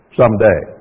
someday